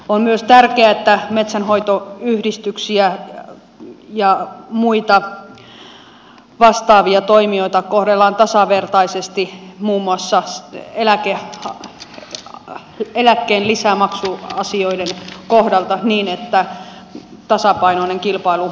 on myös tärkeää että metsänhoitoyhdistyksiä ja muita vastaavia toimijoita kohdellaan tasavertaisesti muun muassa eläkkeen lisämaksuasioiden kohdalta niin että tasapainoinen kilpailuasetelma säilyy